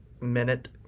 minute